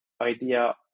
idea